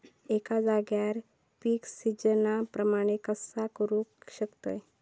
एका जाग्यार पीक सिजना प्रमाणे कसा करुक शकतय?